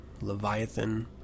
leviathan